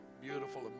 beautiful